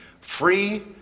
free